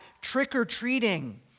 trick-or-treating